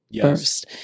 first